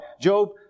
Job